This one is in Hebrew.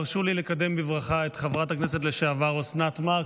הרשו לי לקדם בברכה את חברת הכנסת לשעבר אוסנת מארק,